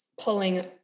pulling